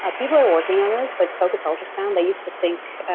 ah people are working on this like focused ultrasound. they used to think,